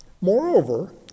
Moreover